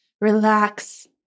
Relax